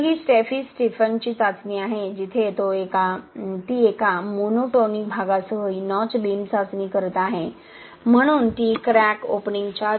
तर ही स्टेफी स्टीफनची चाचणी आहे जिथे ती एका मोनोटोनिक भागासह ही नॉच बीम चाचणी करत आहे म्हणून ती क्रॅक ओपनिंगच्या 0